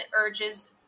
urges